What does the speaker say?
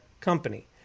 Company